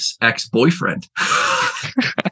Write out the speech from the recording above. ex-boyfriend